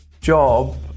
job